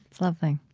lovely.